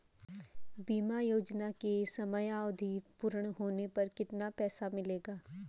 बीमा योजना की समयावधि पूर्ण होने पर कितना पैसा मिलेगा?